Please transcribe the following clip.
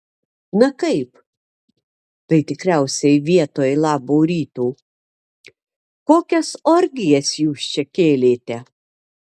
na kaip tai tikriausiai vietoj labo ryto kokias orgijas jūs čia kėlėte